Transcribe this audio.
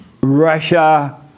Russia